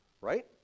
right